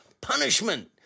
punishment